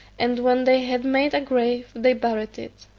and when they had made a grave they buried it.